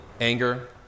anger